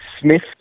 Smith